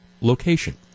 location